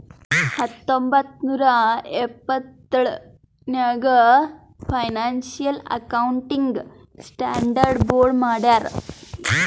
ಹತ್ತೊಂಬತ್ತ್ ನೂರಾ ಎಪ್ಪತ್ತೆಳ್ ನಾಗ್ ಫೈನಾನ್ಸಿಯಲ್ ಅಕೌಂಟಿಂಗ್ ಸ್ಟಾಂಡರ್ಡ್ ಬೋರ್ಡ್ ಮಾಡ್ಯಾರ್